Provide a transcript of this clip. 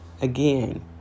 Again